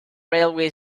railway